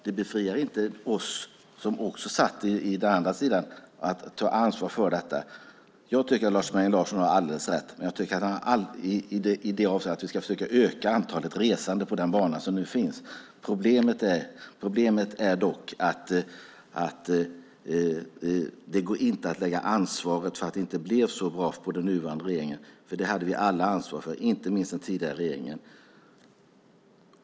Det befriar inte oss som satt på den andra sidan från att ta ansvar. Jag tycker att Lars Mejern Larsson har alldeles rätt i det avseendet att vi ska försöka öka antalet resande på den bana som nu finns. Problemet är att det inte går att lägga ansvaret för att det inte blev så bra på den nuvarande regeringen. Det hade vi alla ansvar för, inte minst den tidigare regeringen.